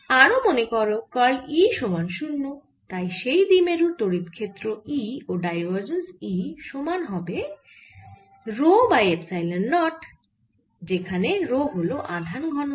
আরও মনে করো কার্ল E সমান 0 এটি সেই দ্বিমেরুর তড়িৎ ক্ষেত্র E ও ডাইভারজেন্স E সমান হবে রো বাই এপসাইলন নট যেখানে রো হল আধান ঘনত্ব